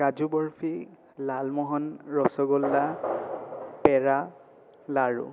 কাজু বৰফি লালমোহন ৰসগোল্লা পেৰা লাড়ু